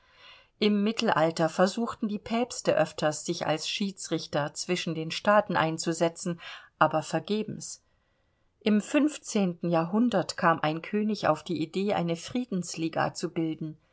im mittelalter versuchten die päpste öfters sich als schiedsrichter zwischen den staaten einzusetzen aber vergebens im fünfzehnten jahrhundert kam ein könig auf die idee eine friedensliga zu bilden